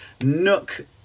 nook